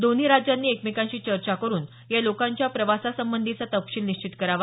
दोन्ही राज्यांनी एकमेकांशी चर्चा करून या लोकांच्या प्रवासासंबधीचा तपशील निश्चित करावा